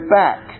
back